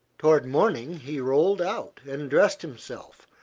toward morning he rolled out and dressed himself,